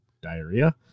diarrhea